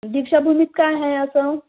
दीक्षाभूमीत काय आहे असं